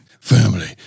family